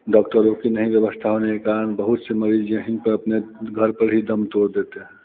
डॉक्टरों की नहीं व्यवस्था होने के कारण बहुत से मरीज़ यहीं पर अपने घर पर ही दम तोड़ देते हैं